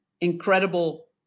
incredible